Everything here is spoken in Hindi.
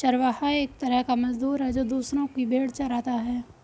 चरवाहा एक तरह का मजदूर है, जो दूसरो की भेंड़ चराता है